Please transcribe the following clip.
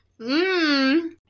Mmm